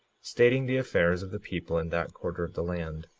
stating the affairs of the people in that quarter of the land.